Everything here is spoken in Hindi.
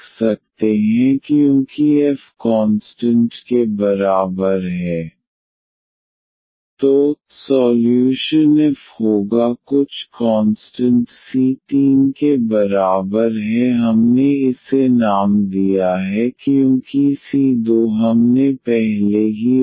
तो हम जानते हैं कि एक फ़ंक्शन f मौजूद है जिसका डिफ़ेरेन्शियल बिल्कुल यहाँ दिया गया है ∂f∂xx2 4xy 2y2 ∂f∂yy2 4xy 2x2 इसलिए अब हमारे साथ ये दो संबंध हैं ∂f∂xx2 4xy 2y2 ∂f∂yy2 4xy 2x2 x के आधार से integration fx33 2x2y 2xy2c1 y के आधार से integration ∂f∂y 2x2 4xyc1y y2 4xy 2x2 ⟹c1yy2 ⟹c1yy33c2 solution fc3 इसलिए एक बार हमारे पास f है हम सोल्यूशन को लिख सकते हैं क्योंकि f कॉन्स्टन्ट के बराबर है